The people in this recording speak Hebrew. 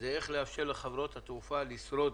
איך לאפשר לחברות התעופה לשרוד